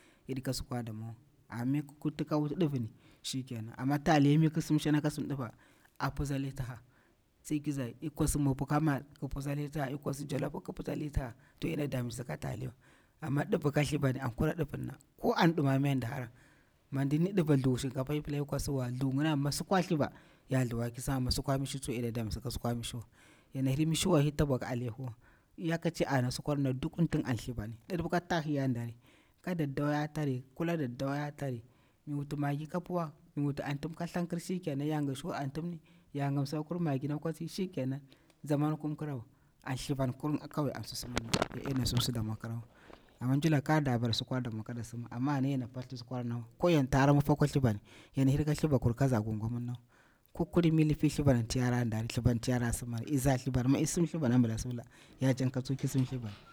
Yaɗi ka sukwa damwawa, amma mi kurti wuti ɗivin shikenan, amma taliya mi sim shina ka sim ɗipa a putsali tiha, sai ki zari i kwas mopu ka mal ki pusali tiha, i kwas jalopu ki pusali tiha, to yaɗena damititsi ka taliya wa, amma nɗiva ka thliva ni, an kura ndivirna, ko an dumame anti ndi hara, mi nɗi ni diva thu shinkafa ipila ya kwaswa thu yini mi sukwa thliva ya thuwa ki sima amma sikwa mishi tsuwa yaɗena damititsi ka su kwa mishi wa ya na hir mishiwa yana hir tabwa ka aleyeho wa, iyakaci ana sukwarna dukun tin an thliva ni, ɗiɗi pa ka tahu yan dari, ka daddawa ya tari, kula daddawa ya tari, mi wuti maggi ka puwa mi wuti antim ka thankir shikenan yanga shuri antimni yanga msirakur maginakwan shikenan zamanir kum kirawa an shlivan kulum kawai an susumna ya dena sim sudamwo kirawa. Amma mjilaka da bara sukwar damwa kada sima ama ana yana path thi sukwarnawa ko yanta hara mifa kwa thlivan yana hir ka thliva kur kaza gomgornawa ko kulin mi lifi thlivan anti yaran dang thlivan anti yara simari iza thlivanma isim thlivanma ambira isibila ya jamka tsu ki sim thlivan.